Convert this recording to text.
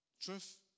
Truth